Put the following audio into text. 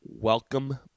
welcome